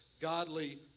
godly